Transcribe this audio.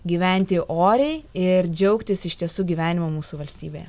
gyventi oriai ir džiaugtis iš tiesų gyvenimu mūsų valstybėje